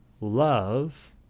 love